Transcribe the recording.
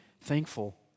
thankful